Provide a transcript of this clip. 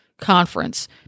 conference